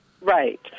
right